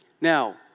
Now